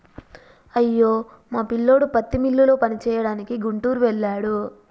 అయ్యో మా పిల్లోడు పత్తి మిల్లులో పనిచేయడానికి గుంటూరు వెళ్ళాడు